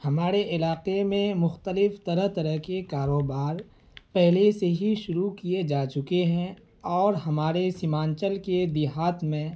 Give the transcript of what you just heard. ہمارے علاقے میں مختلف طرح طرح کے کاروبار پہلے سے ہی شروع کیے جا چکے ہیں اور ہمارے سیمانچل کے دیہات میں